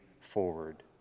forward